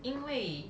因为